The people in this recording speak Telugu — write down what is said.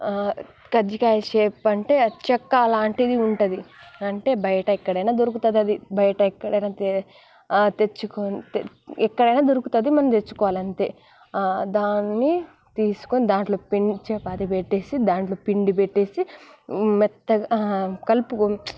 కజ్జికాయ షేప్ అంటే చెక్క లాంటిది ఉంటుంది అంటే బయట ఎక్కడైనా దొరుకుతుంది బయట ఎక్కడైనా తెచ్చుకో ఎక్కడైనా దొరుకుతుంది మనం తెచ్చుకోవాలి అంతే దాన్ని తీసుకొని దాంట్లో పిండి చపాతి పెట్టేసి దాంట్లో పిండి పెట్టేసి మెత్తగా కలుపుకున్న